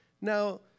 Now